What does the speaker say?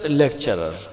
lecturer